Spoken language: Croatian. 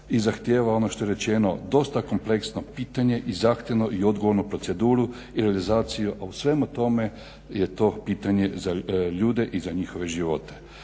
i zahtijeva ono što je rečeno dosta kompleksno pitanje i zahtjevnu i odgovornu proceduru i realizaciju. A u svemu tome je to pitanje za ljude i za njihove živote.